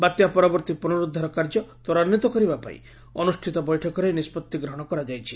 ବାତ୍ୟା ପରବର୍ତ୍ତୀ ପୁନରୁଦ୍ଧାର କାର୍ଯ୍ୟ ତ୍ୱରାନ୍ୱିତ କରିବା ପାଇଁ ଅନୁଷିତ ବୈଠକରେ ଏହି ନିଷ୍ବଭି ଗ୍ରହଶ କରାଯାଇଛି